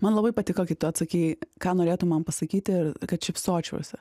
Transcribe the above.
man labai patiko kai tu atsakei ką norėtum man pasakyti kad šypsočiausi